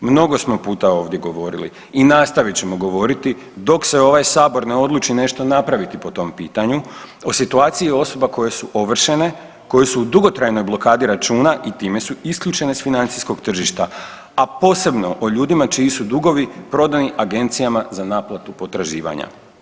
Mnogo smo puta ovdje govorili i nastavit ćemo govoriti dok se ovaj Sabor ne odluči nešto napraviti po tom pitanju, o situaciji osoba koje su ovršene, koje su u dugotrajnoj blokadi računa i time su isključene s financijskog tržišta, a posebno o ljudima čiji su dugovi prodani agencijama za naplatu potraživanja.